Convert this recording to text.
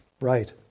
right